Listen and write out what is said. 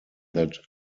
that